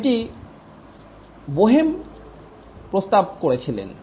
এটি বোহেম প্রস্তাব করেছিলেন